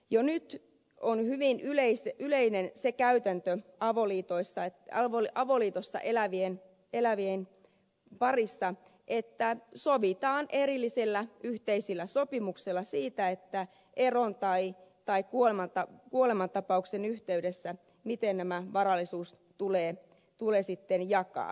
jo nyt on hyvin yleinen se käytäntö avoliitossa elävien parissa että sovitaan erillisellä yhteisellä sopimuksella siitä miten eron tai kuolemantapauksen yhteydessä nämä varallisuudet tulee sitten jakaa